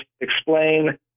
explain